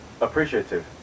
appreciative